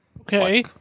Okay